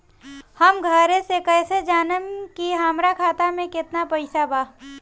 हम घरे से कैसे जानम की हमरा खाता मे केतना पैसा बा?